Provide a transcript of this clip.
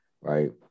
right